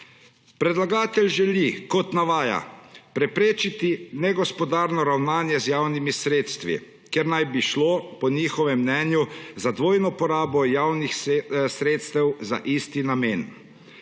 Predlagatelj želi, kot navaja, preprečiti negospodarno ravnanje z javnimi sredstvi, ker naj bi šlo po njihovem mnenju za dvojno porabo javnih sredstev za isti namen.